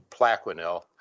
Plaquenil